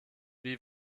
wie